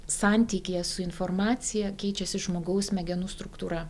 santykyje su informacija keičiasi žmogaus smegenų struktūra